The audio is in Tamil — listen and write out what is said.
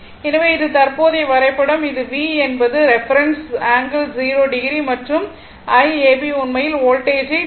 எனவே இது தற்போதைய வரைபடம் இது V என்பது ரெஃபரென்ஸ் ∠0o மற்றும் Iab உண்மையில் வோல்டேஜை 10